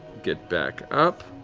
get back up.